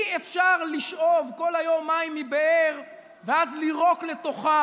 אי-אפשר לשאוב כל היום מים מבאר ואז לירוק לתוכה,